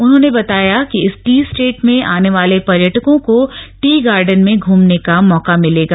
उन्होंने बताया कि इस टी स्टेट में आने वाले पर्यटकों को टी गार्डन में घूमने का मौका मिलेगा